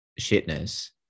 shitness